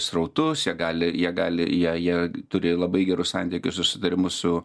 srautus jie gali jie gali jie jie turi labai gerus santykius susitarimus su